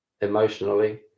emotionally